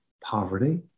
Poverty